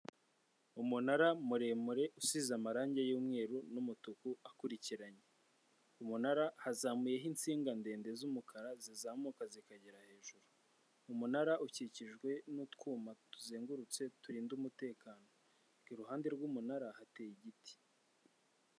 Umunara muremure usize amarangi y'mweru n'umutuku akurikiranye, umunara hazamuyeho insinga ndende z'umukara zizamuka zikagera hejuru, umunara ukikijwe n'utwuma tuzengurutse turinda umutekano, iruhande rw'umunara hateye igiti.